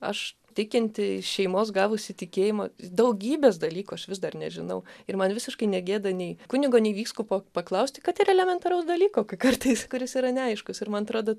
aš tikinti iš šeimos gavusi tikėjimą daugybės dalykų aš vis dar nežinau ir man visiškai negėda nei kunigo nei vyskupo paklausti kad ir elementaraus dalyko kai kartais kuris yra neaiškus ir man atrodo